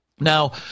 Now